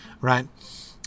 right